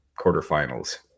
quarterfinals